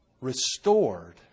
restored